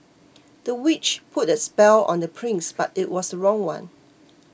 the witch put a spell on the prince but it was wrong one